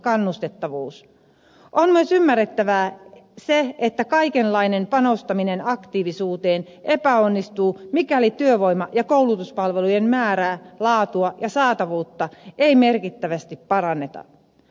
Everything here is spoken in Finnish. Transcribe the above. on myös ymmärrettävää se että kaikenlainen panostaminen aktiivisuuteen epäonnistuu mikäli työvoima ja koulutuspalvelujen määrää laatua ja saatavuutta ei merkittävästi paranneta